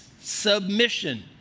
submission